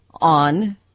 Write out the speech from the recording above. on